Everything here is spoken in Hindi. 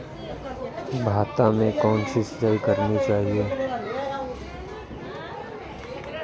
भाता में कौन सी सिंचाई करनी चाहिये?